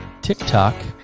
TikTok